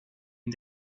une